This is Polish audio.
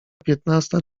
piętnasta